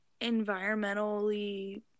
environmentally